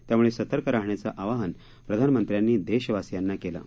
त्याम्ळं सतर्क राहण्याचे आवाहन प्रधानमंत्र्यांनी देशवासियांना केले आहे